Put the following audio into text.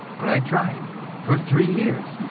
but i tried for three years,